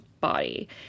body